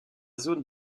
zone